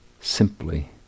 simply